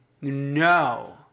no